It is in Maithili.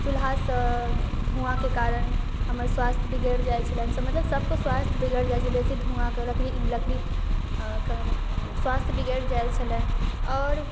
चुल्हासँ धुआँके कारण हमर स्वास्थ्य बिगड़ि जाइ छल मतलब सबके स्वास्थ्य बिगड़ि जाइ छलै बेसी धुआँके लकड़ी स्वास्थ्य बिगड़ि जाइ छलै आओर